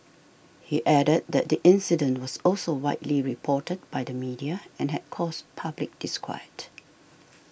he added that the incident was also widely reported by the media and had caused public disquiet